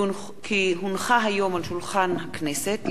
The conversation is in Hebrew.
כי הונחה היום על שולחן הכנסת,